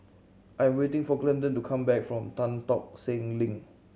I'm waiting for Glendon to come back from Tan Tock Seng Link